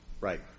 Right